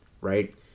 right